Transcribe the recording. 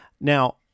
Now